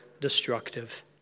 destructive